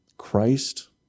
christ